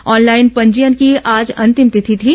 online पंजीयन की आज अंतिम तिथि थी